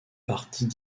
parties